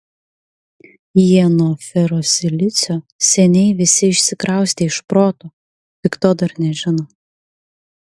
jie nuo ferosilicio seniai visi išsikraustė iš proto tik to dar nežino